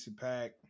Pack